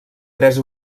tres